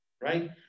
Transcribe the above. Right